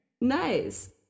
Nice